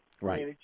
Right